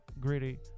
gritty